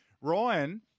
Ryan